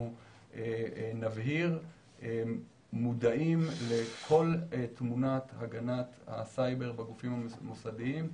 נבהיר שאנחנו מודעים לכל תמונת הגנת הסייבר בגופים המוסדיים,